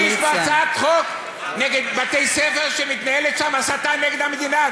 בוא תגיש הצעת חוק נגד בתי-ספר שמתנהלת שם הסתה נגד המדינה,